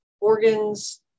organs